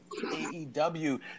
AEW